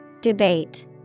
Debate